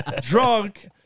drunk